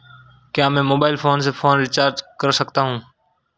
क्या मैं mobile phone से फोन रिचार्ज कर सकता हूं?